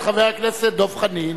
את חבר הכנסת דב חנין.